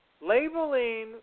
labeling